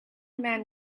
man